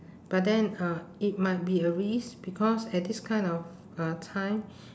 but then uh it might be a risk because at this kind of uh time